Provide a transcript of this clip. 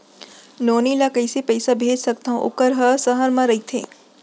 नोनी ल कइसे पइसा भेज सकथव वोकर ह सहर म रइथे?